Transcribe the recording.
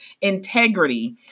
integrity